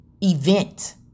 event